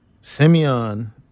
Simeon